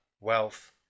wealth